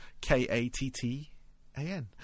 k-a-t-t-a-n